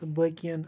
تہٕ بٲقیَن